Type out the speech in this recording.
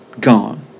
Gone